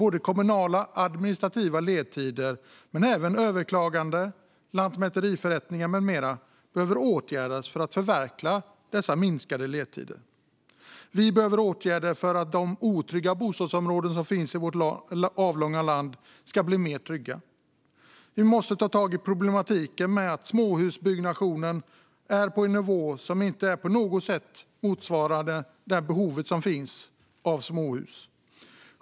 Kommunala administrativa ledtider men även överklagande, lantmäteriförrättningar med mera behöver åtgärdas för att förverkliga dessa minskade ledtider. Vi behöver åtgärder för att de otrygga bostadsområden som finns i vårt avlånga land ska bli mer trygga. Vi måste ta tag i problematiken med att småhusbyggnationen är på en nivå som inte på något sätt motsvarar behovet av småhus.